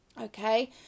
okay